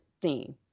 theme